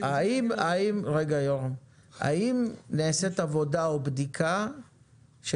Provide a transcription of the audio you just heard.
האם נעשית עבודה או בדיקה של